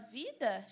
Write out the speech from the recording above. vida